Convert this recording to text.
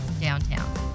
downtown